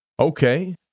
Okay